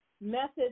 methods